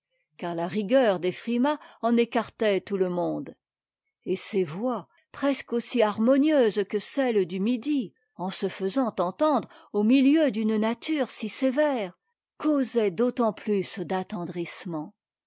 car ta'rigueur des frimas en écartait tout te monde et ces voix presque aussi harmonieuses que celles du midi en se faisant entendre au milieu d'une nature si sévère causaient d'autant plus